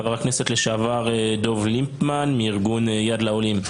חבר הכנסת לשעבר דב ליפמן מארגון יד לעולים.